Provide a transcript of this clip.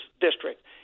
district